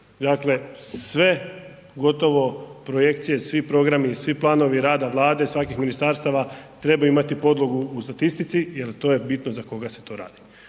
Dakle, sve gotovo projekcije, svi programi i svi planovi rada vlade, svakih ministarstava trebaju imati podlogu u statistici jel to je bitno za koga se to radi.